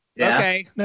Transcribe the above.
Okay